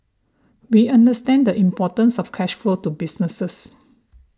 we understand the importance of cash flow to businesses